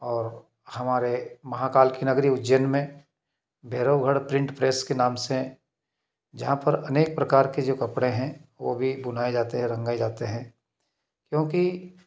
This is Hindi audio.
और हमारे महाकाल की नगरी उज्जैन में भैरवगढ़ प्रिंट प्रेस के नाम से जहाँ पर अनेक प्रकार के जो कपड़े हैं वो भी बुनाए जाते हैं रंगाए जाते हैं क्योंकि